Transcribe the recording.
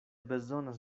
bezonas